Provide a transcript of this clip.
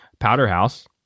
Powderhouse